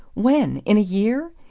when? in a year?